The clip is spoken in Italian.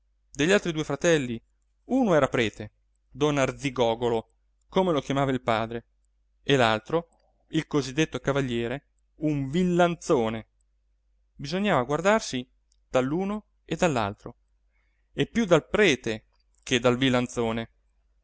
degli altri due fratelli uno era prete don arzigogolo come lo chiamava il padre l'altro il così detto cavaliere un villanzone bisognava guardarsi dall'uno e dall'altro e più dal prete che dal villanzone